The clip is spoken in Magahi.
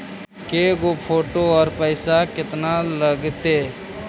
के गो फोटो औ पैसा केतना लगतै?